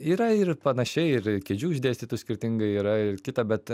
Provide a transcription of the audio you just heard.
yra ir panašiai ir kėdžių išdėstytų skirtingai yra ir kita bet